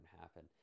happen